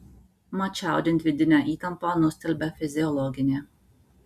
mat čiaudint vidinę įtampą nustelbia fiziologinė